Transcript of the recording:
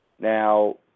Now